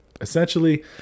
Essentially